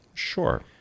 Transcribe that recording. Sure